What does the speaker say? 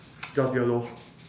just YOLO